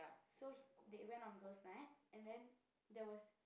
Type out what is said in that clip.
so he they went on girls night and then there was